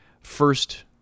first